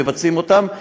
מבצעים אותן,